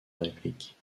réplique